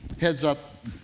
heads-up